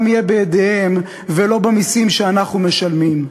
יהיה בידיהם ולא במסים שאנחנו משלמים.